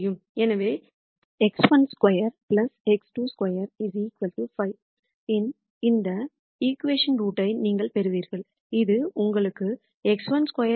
எனவே x12 x22 5 இன் இந்த ஈக்வேஷன் ரூட் ஐ நீங்கள் பெறுவீர்கள் இது உங்களுக்கு x12 x22 52